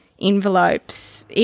envelopes